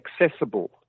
accessible